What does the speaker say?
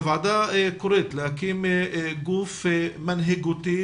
הוועדה קוראת להקים גוף מנהיגותי